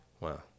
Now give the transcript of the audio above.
Wow